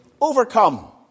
overcome